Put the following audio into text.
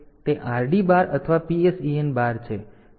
તેથી તે RD બાર અથવા PSEN બાર છે